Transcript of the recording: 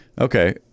Okay